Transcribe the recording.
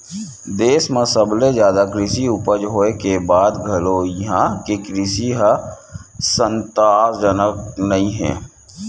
देस म सबले जादा कृषि उपज होए के बाद घलो इहां के कृषि ह संतासजनक नइ हे